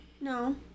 No